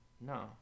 No